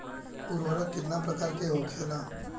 उर्वरक कितना प्रकार के होखेला?